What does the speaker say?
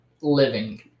living